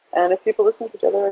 and if people listen to each other,